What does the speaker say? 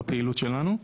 בפעילות שלנו.